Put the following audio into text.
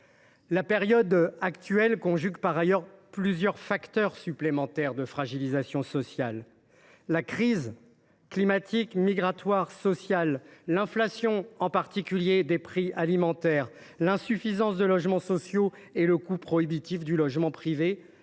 La période actuelle conjugue par ailleurs plusieurs facteurs de fragilisation : crise climatique, migratoire et sociale ; inflation, en particulier des prix alimentaires ; insuffisance de logements sociaux et coût prohibitif du logement privé